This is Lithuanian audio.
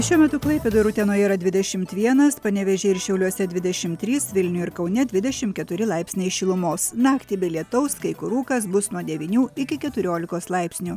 šiuo metu klaipėdoj ir utenoje yra dvidešimt vienas panevėžyje ir šiauliuose dvidešim trys vilniuje ir kaune dvidešim keturi laipsniai šilumos naktį be lietaus kai kur rūkas bus nuo devynių iki keturiolikos laipsnių